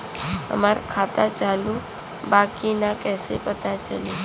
हमार खाता चालू बा कि ना कैसे पता चली?